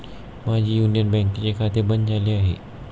माझे युनियन बँकेचे खाते बंद झाले आहे